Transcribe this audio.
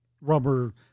rubber